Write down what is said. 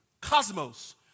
cosmos